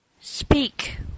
speak